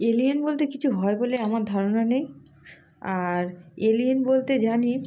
alien বলতে কিছু হয় বলে আমার ধারণা নেই আর এলিয়েন বলতে জানি